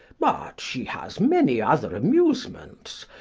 but she has many other amusements.